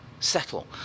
settle